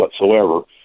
whatsoever